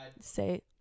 say